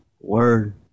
Word